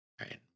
right